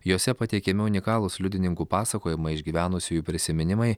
jose pateikiami unikalūs liudininkų pasakojimai išgyvenusiųjų prisiminimai